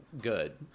good